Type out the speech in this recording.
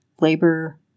labor